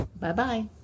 Bye-bye